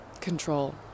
control